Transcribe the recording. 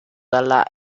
dalla